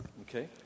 Okay